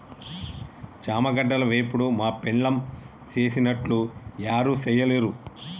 చామగడ్డల వేపుడు మా పెండ్లాం సేసినట్లు యారు సెయ్యలేరు